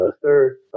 Sir